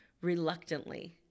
reluctantly